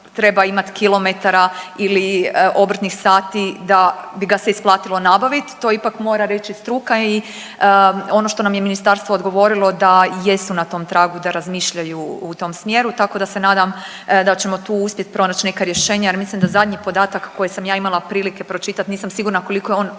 treba ima kilometara ili obrtnih sati da bi ga se isplatilo nabaviti, to ipak mora reći struka. I ono što nam je ministarstvo odgovorilo da jesu na tom tragu, da razmišljaju u tom smjeru. Tako da se nadam da ćemo tu uspjet pronaći neka rješenja jer mislim da zadnji podatak koji sam ja imala prilike pročitat, nisam sigurna koliko je on